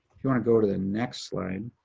you wanna go to the next slide.